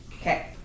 okay